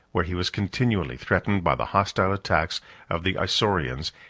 where he was continually threatened by the hostile attacks of the isaurians,